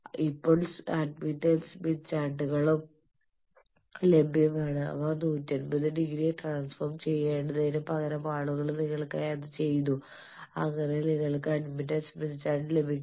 ഇപ്പോൾ admittance Smith ചാർട്ടുകളും ലഭ്യമാണ് അവിടെ 180 ഡിഗ്രി ട്രാൻസ്ഫോം ചെയേണ്ടതിനു പകരം ആളുകൾ നിങ്ങൾക്കായി അത് ചെയ്തു അങ്ങനെ നിങ്ങൾക്ക് അഡ്മിറ്റൻസ് സ്മിത്ത് ചാർട്ട് ലഭിക്കും